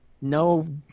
no